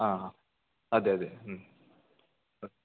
അ ആ അതെ അതെ